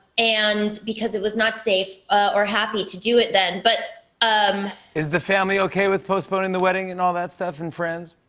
and because it was not safe or happy to do it then. but um is the family okay with postponing the wedding and all that stuff and friends?